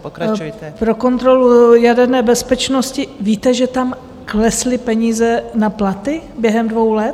pro kontrolu jaderné bezpečnosti, víte, že tam klesly peníze na platy během dvou let?